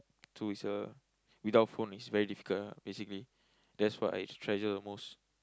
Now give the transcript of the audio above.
so is uh without phone is very difficult ah basically that's what I treasure the most